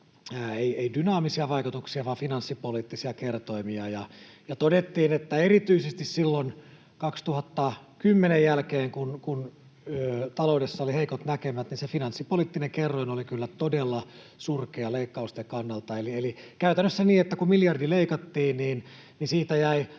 ei dynaamisia vaan finanssipoliittisia kertoimia, ja todettiin, että erityisesti silloin vuoden 2010 jälkeen, kun taloudessa oli heikot näkymät, se finanssipoliittinen kerroin oli kyllä todella surkea leikkausten kannalta — eli käytännössä niin, että kun miljardi leikattiin, niin siitä jäi